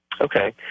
Okay